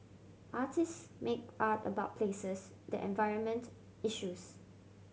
artist make art about places the environment issues